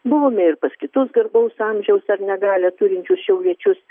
buvome ir pas kitus garbaus amžiaus ar negalią turinčius šiauliečius